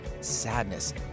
sadness